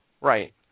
Right